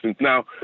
Now